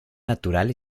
natural